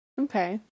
okay